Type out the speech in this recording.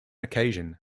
occasion